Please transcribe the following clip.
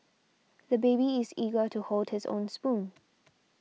the baby is eager to hold his own spoon